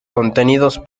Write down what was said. contenidos